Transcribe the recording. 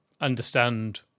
understand